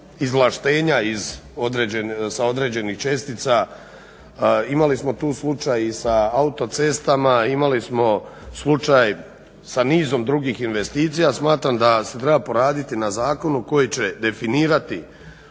izvlaštenja sa određenih čestica. Imali smo tu slučaj i sa autocestama, imali smo slučaj sa nizom drugih investicija. Smatram da se treba poraditi na zakonu koji će definirati